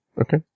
Okay